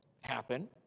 happen